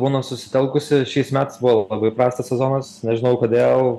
būna susitelkusi šiais metais buvo labai prastas sezonas nežinau kodėl